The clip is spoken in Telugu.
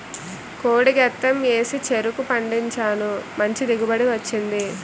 కోడి గెత్తెం ఏసి చెరుకు పండించినాను మంచి దిగుబడి వచ్చింది